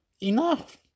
Enough